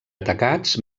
atacats